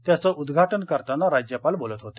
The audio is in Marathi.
त्याचं उद्घाटन करताना राज्यपाल बोलत होते